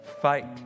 fight